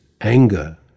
anger